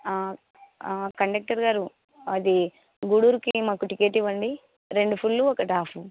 conductor గారు అది గూడూరుకి మాకు టికెట్ ఇవ్వండి రెండు ఫుల్లు ఒకటి హాఫ్